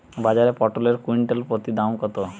বাজারে পটল এর কুইন্টাল প্রতি দাম কত?